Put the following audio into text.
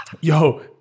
Yo